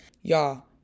y'all